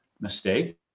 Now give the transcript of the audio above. mistake